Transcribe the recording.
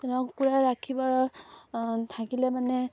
থাকিলে মানে